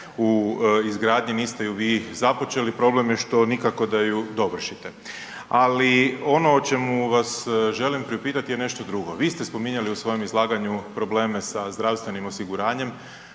u izgradnji, niste ju vi započeli, problem je što nikako da ju dovršite. Ali ono o čemu vas želim priupitati je nešto drugo, vi ste spominjali u svom izlaganju probleme sa zdravstvenim osiguranjem,